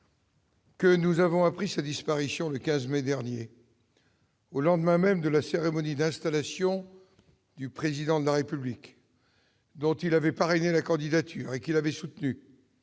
que nous avons appris sa disparition le 15 mai dernier, au lendemain même de la cérémonie d'installation du Président de la République, dont il avait parrainé la candidature et qu'il avait soutenu,